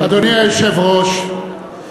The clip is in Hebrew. אדוני היושב-ראש,